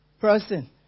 person